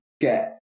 get